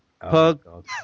pug